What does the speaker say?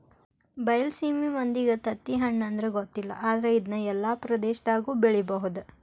ಬೈಲಸೇಮಿ ಮಂದಿಗೆ ತತ್ತಿಹಣ್ಣು ಅಂದ್ರ ಗೊತ್ತಿಲ್ಲ ಆದ್ರ ಇದ್ನಾ ಎಲ್ಲಾ ಪ್ರದೇಶದಾಗು ಬೆಳಿಬಹುದ